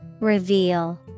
Reveal